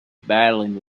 battling